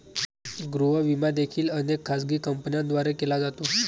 गृह विमा देखील अनेक खाजगी कंपन्यांद्वारे केला जातो